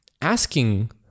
asking